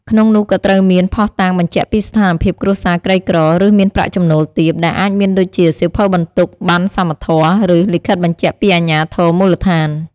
ក្នុងនោះក៍ត្រូវមាន ភស្តុតាងបញ្ជាក់ពីស្ថានភាពគ្រួសារក្រីក្រ ឬ មានប្រាក់ចំណូលទាប ដែលអាចមានដូចជា សៀវភៅបន្ទុក ប័ណ្ណសមធម៌ ឬ លិខិតបញ្ជាក់ពីអាជ្ញាធរមូលដ្ឋាន។